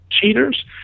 cheaters